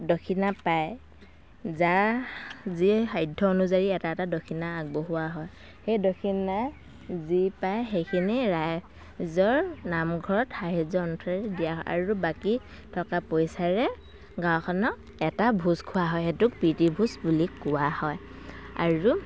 দক্ষিণা পায় যাৰ যিয়ে সাধ্য অনুযায়ী এটা এটা দক্ষিণা আগবঢ়োৱা হয় সেই দক্ষিণাৰে যি পাৰে সেইখিনি ৰাইজৰ নামঘৰত সাহায্য অন্তৰে দিয়া হয় আৰু বাকী থকা পইচাৰে গাঁওখনক এটা ভোজ খুওৱা হয় সেইটোক প্ৰীতি ভোজ বুলি কোৱা হয় আৰু